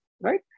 right